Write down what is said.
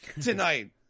tonight